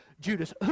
Judas